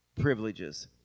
Privileges